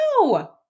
no